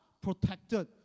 protected